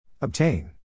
Obtain